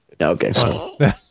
Okay